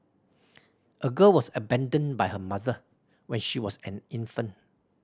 a girl was abandoned by her mother when she was an infant